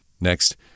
Next